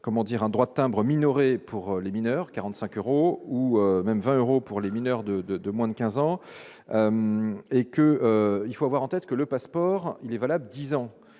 Comment dire, un droit de timbre minoré pour les mineurs 45 euros ou même 20 euros pour les mineurs de, de, de moins de 15 ans et que il faut avoir en tête que le passeport il est valable 10 ans